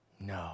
no